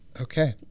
Okay